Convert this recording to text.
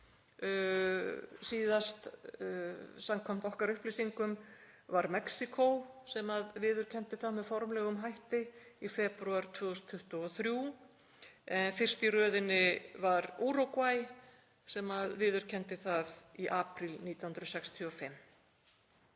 síðast samkvæmt okkar upplýsingum var Mexíkó sem viðurkenndi það með formlegum hætti í febrúar 2023. Fyrst í röðinni var Úrúgvæ sem viðurkenndi það í apríl 1965.